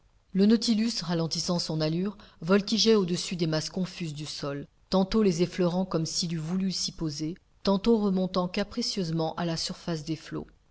le nautilus ralentissant son allure voltigeait au-dessus des masses confuses du sol tantôt les effleurant comme s'il eût voulu s'y poser tantôt remontant capricieusement à la surface des flots